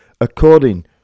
according